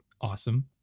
awesome